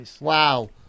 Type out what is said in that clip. Wow